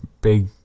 big